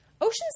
Ocean's